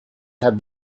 have